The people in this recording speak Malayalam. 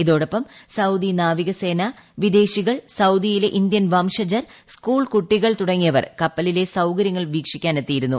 ഇതോടൊപ്പം സൌദി നാവികസേന കപ്പൽ സൌദിയിലെ ഇന്ത്യൻ വംശജർ സ്കൂൾ കുട്ടികൾ വിദേശികൾ തുടങ്ങിയവർ കപ്പലിലെ സൌകരൃങ്ങൾ വീക്ഷിക്കാനെത്തിയിരുന്നു